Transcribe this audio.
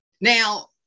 Now